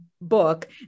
book